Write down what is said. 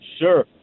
Sure